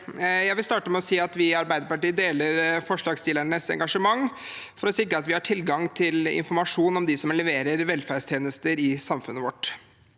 Jeg vil starte med å si at vi i Arbeiderpartiet deler forslagsstillernes engasjement for å sikre at vi har tilgang til informasjon om dem som leverer velferdstjenester i samfunnet vårt.